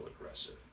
aggressive